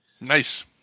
Nice